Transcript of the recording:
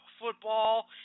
football